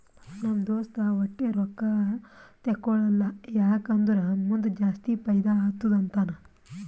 ನಮ್ ದೋಸ್ತ ವಟ್ಟೆ ರೊಕ್ಕಾ ತೇಕೊಳಲ್ಲ ಯಾಕ್ ಅಂದುರ್ ಮುಂದ್ ಜಾಸ್ತಿ ಫೈದಾ ಆತ್ತುದ ಅಂತಾನ್